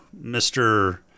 Mr